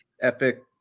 epic